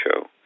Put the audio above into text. show